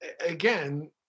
again